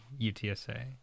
UTSA